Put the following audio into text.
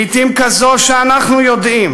לעתים כזאת שאנחנו יודעים